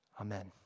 Amen